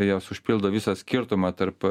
jos užpildo visą skirtumą tarp